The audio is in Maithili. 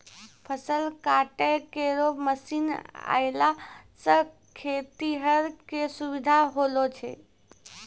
फसल काटै केरो मसीन आएला सें खेतिहर क सुबिधा होलो छै